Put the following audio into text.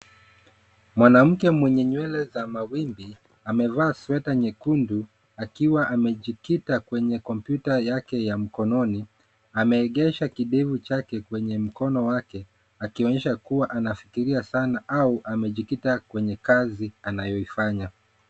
Mwanamke mwenye nywele za mawimbi amevaa sweta nyekundu akiwa amejikita kwenye kompyuta yake ya mkononi. Ameegesha kidevu chake kwenye mkono wake akionyesha kuwa anafikiria sana au amejikita kwenye kazi anayoifanya.